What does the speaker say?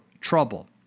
trouble